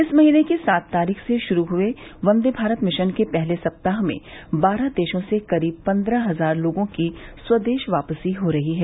इस महीने की सात तारीख से शुरू हए वंदे भारत मिशन के पहले सप्ताह में बारह देशों से करीब पंद्रह हजार लोगों की स्वदेश वापसी हो रही है